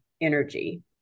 energy